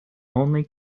only